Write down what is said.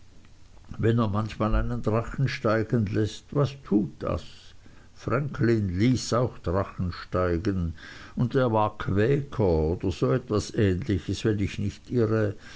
wenn er manchmal einen drachen steigen läßt was tut das franklin ließ auch drachen steigen und der war quäker oder so etwas ähnliches wenn ich nicht irre